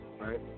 right